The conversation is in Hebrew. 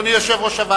התש"ע 2010,